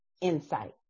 insight